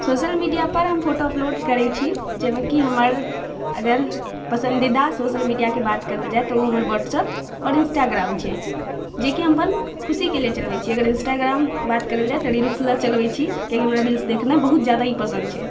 social मीडियापर हम photo upload करै छी जाहिमे कि हमर अगर पसंदीदा सोशल मीडियाके बात करल जाए तऽओ हमर वाट्सअप इन्स्टाग्राम छै जेकि हम अपन खुशीके लेल चलबै छियै अगर इन्स्टाग्राम बात करल जाए तऽ रिल्स लए चलबै छी कियाकी हमरा रिल्स देखनाइ बहुत जादा ही पसन्द छै